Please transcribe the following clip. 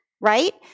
right